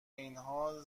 اینها